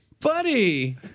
Buddy